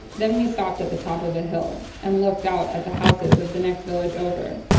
then we stopped at the top of a hill, and looked out at the houses of the next village over,